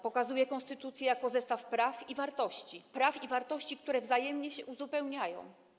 Pokazuje konstytucję jako zestaw praw i wartości - praw i wartości, które wzajemnie się uzupełniają.